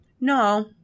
no